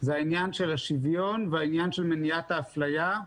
הוא עניין השוויון ומניעת אפליה,